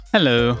Hello